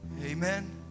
Amen